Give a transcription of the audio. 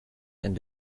and